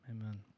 amen